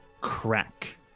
crack